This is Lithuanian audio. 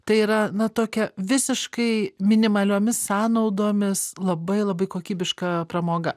tai yra na tokia visiškai minimaliomis sąnaudomis labai labai kokybiška pramoga